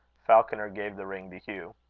falconer gave the ring to hugh.